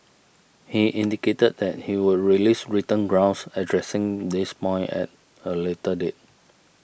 he indicated that he would release written grounds addressing this point at a later date